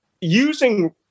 using